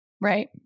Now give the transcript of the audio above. Right